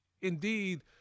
indeed